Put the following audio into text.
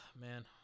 man